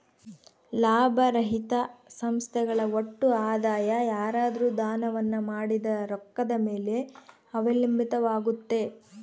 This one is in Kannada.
ಲಾಭರಹಿತ ಸಂಸ್ಥೆಗಳ ಒಟ್ಟು ಆದಾಯ ಯಾರಾದ್ರು ದಾನವನ್ನ ಮಾಡಿದ ರೊಕ್ಕದ ಮೇಲೆ ಅವಲಂಬಿತವಾಗುತ್ತೆ